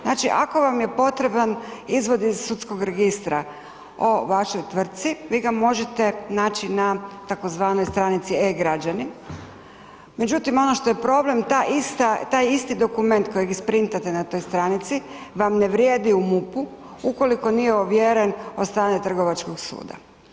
Znači ako vam je potreban izvod iz sudskog registra o vašoj tvrtci vi ga možete naći na tzv. stranici e-građani, međutim ono što je problem ta ista, taj isti dokument kojeg isprintate na toj stranici vam ne vrijedi u MUP-u ukoliko nije ovjeren od strane Trgovačkog suda.